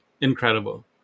incredible